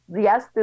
yes